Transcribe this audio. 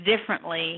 differently